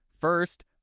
First